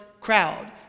crowd